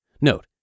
Note